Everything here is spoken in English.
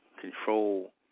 control